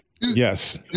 Yes